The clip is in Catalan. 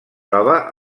troba